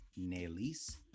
Nelis